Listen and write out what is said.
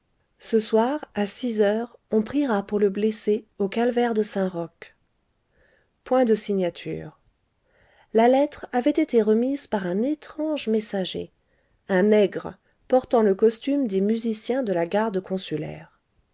ce soir à six heures on priera pour le blessé au calvaire de saint-roch point de signature la lettre avait été remise par un étrange messager un nègre portant le costume des musiciens de la garde consulaire